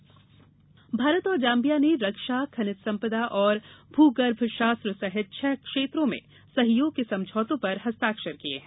Bharat Zambia Bharat और Zambia ने रक्षाखनिज संपदा और भूगर्भशास्त्र सहित छह क्षेत्रों में सहयोग के समझौतों पर हस्ताक्षर किये हैं